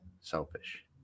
selfish